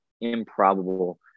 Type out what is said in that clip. improbable